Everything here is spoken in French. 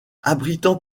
abritant